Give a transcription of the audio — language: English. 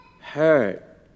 hurt